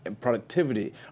productivity